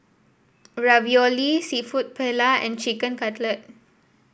Ravioli seafood Paella and Chicken Cutlet